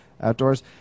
outdoors